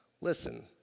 Listen